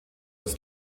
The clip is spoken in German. als